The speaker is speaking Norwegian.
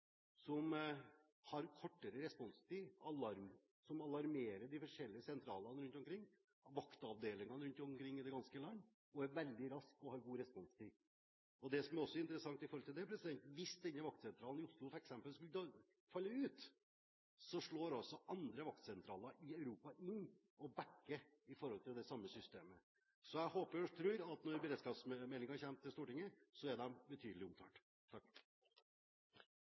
som har kortere responstid, som alarmerer de forskjellige sentralene rundt omkring – vaktavdelingene rundt omkring i det ganske land – er veldig raske og har god responstid. Det som også er interessant når det gjelder dette, er at hvis denne vaktsentralen i Oslo f.eks. skulle falle ut, slår andre vaktsentraler i Europa inn og backer opp det samme systemet. Jeg håper og tror at når beredskapsmeldingen kommer til Stortinget, er privat sikkerhetsbransje betydelig omtalt. Takk også fra min side til interpellanten for